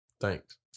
Thanks